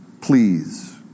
Please